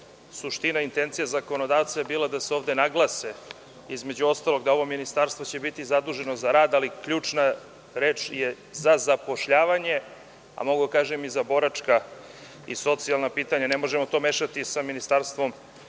suština i intencija zakonodavca bila da se ovde naglase, između ostalog, da će ovo ministarstvo biti zaduženo za rad, ali ključna reč je za zapošljavanje, a mogu da kažem i za boračka i socijalna pitanja. Ne možemo to mešati sa ministarstvom